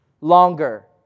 longer